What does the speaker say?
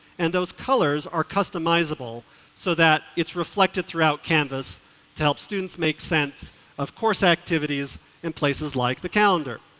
and those colors are customize able so that it's reflected throughout canvass to help students make sense of course activities in places like the calendar.